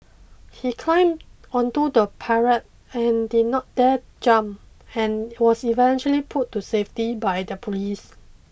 he climbed onto the parapet and did not dare jump and was eventually pulled to safety by the police